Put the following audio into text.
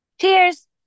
cheers